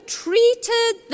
treated